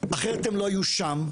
אחרת הם לא היו שם,